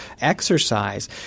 Exercise